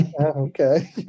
Okay